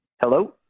Hello